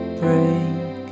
break